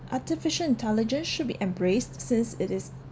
artificial intelligence should be embraced since it is